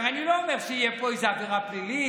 אני לא אומר שתהיה פה איזה עבירה פלילית.